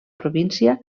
província